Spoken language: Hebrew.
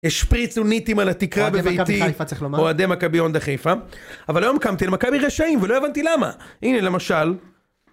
השפריצו ניטים על התקרה בביתי, צריך לומר, אוהדי מכבי הונדה חיפה. אבל היום קמתי למכבי רשעים, ולא הבנתי למה. הנה למשל...